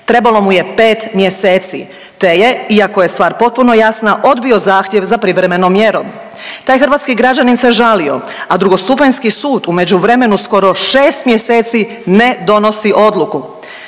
trebalo mu je pet mjeseci te je iako je stvar potpuno jasna odbio zahtjev za privremenom mjerom. Taj hrvatski građanin se žalio, a drugostupanjski sud u međuvremenu skoro šest mjeseci ne donosi odluku.